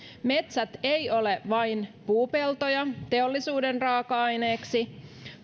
metsät eivät ole vain puupeltoja teollisuuden raaka aineeksi